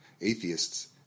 atheists